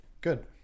good